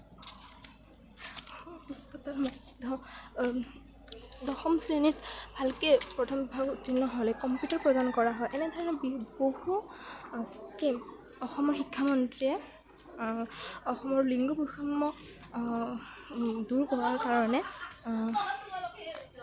দশম শ্ৰেণীত ভালকে প্ৰথম বিভাগত উত্তীৰ্ণ হ'লে কম্পিউটাৰ প্ৰদান কৰা হয় এনেধৰণৰ বিভিন্ন বহু স্কীম অসমৰ শিক্ষা মন্ত্ৰীয়ে অসমৰ লিংগ বৈষম্য দূৰ কৰাৰ কাৰণে